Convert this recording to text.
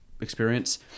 experience